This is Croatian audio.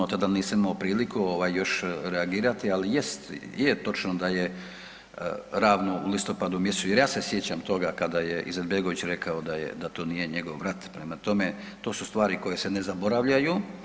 Tada nisam imao priliku još reagirati, ali jest, je točno da je ravno u listopadu mjesecu, jer ja se sjećam toga kada je Izetbegović rekao da to nije njegov … [[ne razumije se]] Prema tome, to su stvari koje se ne zaboravljaju.